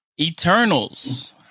Eternals